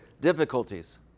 difficulties